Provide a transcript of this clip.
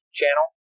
channel